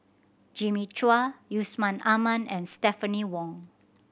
Jimmy Chua Yusman Aman and Stephanie Wong